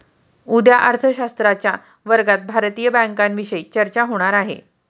उद्या अर्थशास्त्राच्या वर्गात भारतीय बँकांविषयी चर्चा होणार आहे